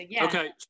okay